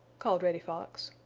called reddy fox.